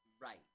Right